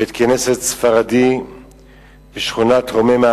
בית-כנסת ספרדי בשכונת רוממה,